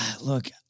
look